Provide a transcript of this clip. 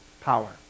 power